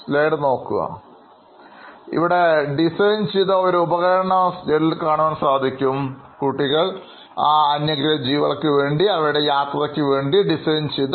സ്ലൈഡ്നോക്കുക design ചെയ്ത ഒരു ഉപകരണമാണ് Slide ൽ കാണുന്നത്